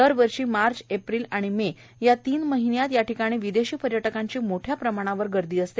दरवर्षी March April May या तीन महिन्यात याठिकाणी विदेशी पर्यटकांची मोठ्या प्रमाणात गर्दी असते